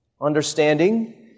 understanding